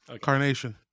Carnation